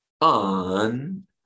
on